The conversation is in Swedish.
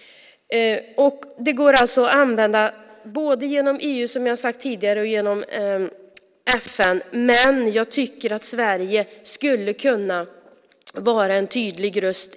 Både EU och FN kan användas, men jag tycker att Sverige skulle kunna vara en tydlig röst